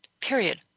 period